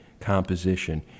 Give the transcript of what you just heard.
composition